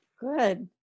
Good